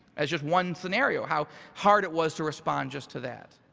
is just one scenario, how hard it was to respond just to that.